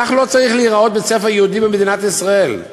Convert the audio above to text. כך לא צריך להיראות בית-ספר יהודי במדינת ישראל,